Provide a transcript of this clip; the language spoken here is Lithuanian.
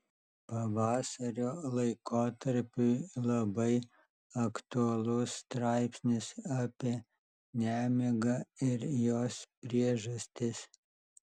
pavasario laikotarpiui labai aktualus straipsnis apie nemigą ir jos priežastis